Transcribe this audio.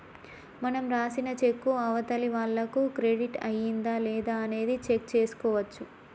మనం రాసిన చెక్కు అవతలి వాళ్లకు క్రెడిట్ అయ్యిందా లేదా అనేది చెక్ చేసుకోవచ్చు